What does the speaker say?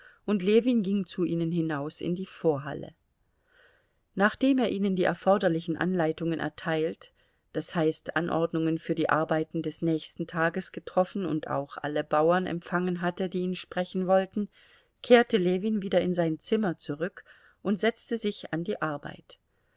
und ljewin ging zu ihnen hinaus in die vorhalle nachdem er ihnen die erforderlichen anleitungen erteilt das heißt anordnungen für die arbeiten des nächsten tages getroffen und auch alle bauern empfangen hatte die ihn sprechen wollten kehrte ljewin wieder in sein zimmer zurück und setzte sich an die arbeit